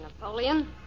Napoleon